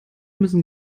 müssen